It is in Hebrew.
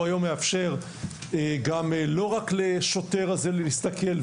הוא היום מאפשר לא רק לשוטר להסתכל,